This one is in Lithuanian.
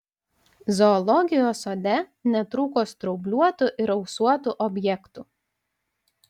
zoologijos sode netrūko straubliuotų ir ausuotų objektų